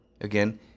Again